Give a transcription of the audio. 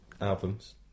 albums